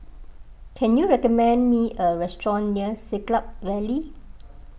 can you recommend me a restaurant near Siglap Valley